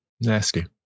Nasty